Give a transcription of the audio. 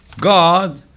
God